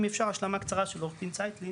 אם אפשר השלמה של עורך דין ציטלין